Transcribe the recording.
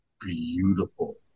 beautiful